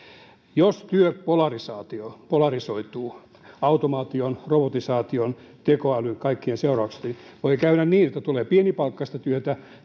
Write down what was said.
jos työ polarisoituu automaation robotisaation teko älyn kaikkien seurauksesta niin voi käydä niin että tulee pienipalkkaista työtä